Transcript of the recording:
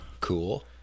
Cool